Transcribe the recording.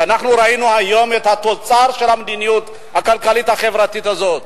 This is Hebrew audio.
כשאנחנו ראינו היום את התוצר של המדיניות הכלכלית-החברתית הזאת,